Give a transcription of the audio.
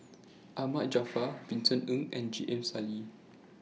Ahmad Jaafar Vincent Ng and J M Sali